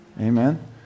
Amen